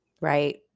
Right